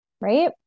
Right